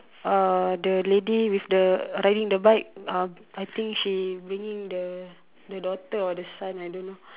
uh the lady with the riding the bike uh I think she bringing the daughter or the son I don't know